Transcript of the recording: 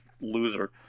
loser